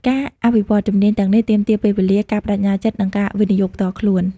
ការអភិវឌ្ឍជំនាញទាំងនេះទាមទារពេលវេលា ការប្តេជ្ញាចិត្ត និងការវិនិយោគផ្ទាល់ខ្លួន។